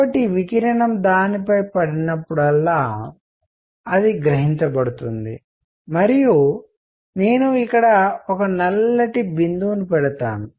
కాబట్టి వికిరణం దానిపై పడినప్పుడల్లా అది గ్రహించబడుతుంది మరియు నేను ఇక్కడ ఒక నల్లటి బిందువును పెడుతాను